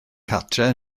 cartref